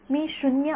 विद्यार्थी जर आपण ०